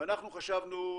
אנחנו חשבנו,